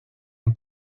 ben